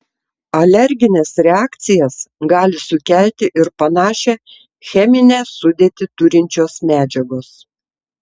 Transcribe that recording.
alergines reakcijas gali sukelti ir panašią cheminę sudėtį turinčios medžiagos